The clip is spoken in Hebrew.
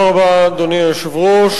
אדוני היושב-ראש,